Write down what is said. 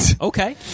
Okay